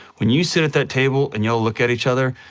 when you sit at that table, and y'all look at each other,